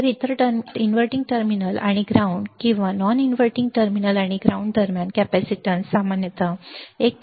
तर inverting terminal आणि ground किंवा नॉन इनव्हर्टींग टर्मिनल आणि ग्राउंड दरम्यान कॅपेसिटन्स सामान्यत 1